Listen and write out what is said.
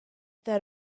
that